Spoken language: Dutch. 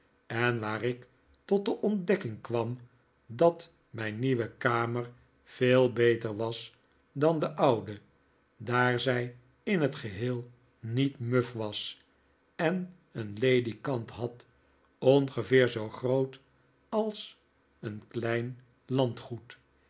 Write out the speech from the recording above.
en waar ik tot de ontdekking kwam dat mijn nieuwe kamer veel beter was dan de oude daar zij in t geheel niet muf was en een ledikant had ongeveer zoo groot als een klein landgoed